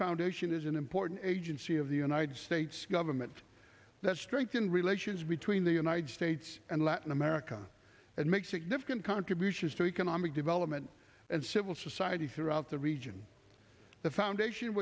foundation is an important agency of the united states government that strengthen relations between the united states and latin america and make significant contributions to economic development and civil society throughout the region the foundation